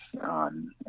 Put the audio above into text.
on